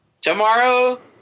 Tomorrow